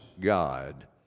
God